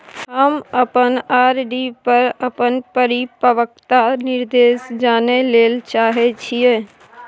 हम अपन आर.डी पर अपन परिपक्वता निर्देश जानय ले चाहय छियै